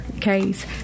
case